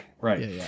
Right